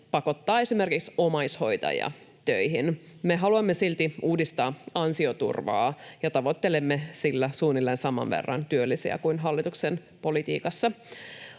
pakottaa esimerkiksi omaishoitajia töihin. Me haluamme silti uudistaa ansioturvaa ja tavoittelemme sillä suunnilleen saman verran työllisiä kuin hallituksen politiikassa.